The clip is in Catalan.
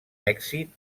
èxit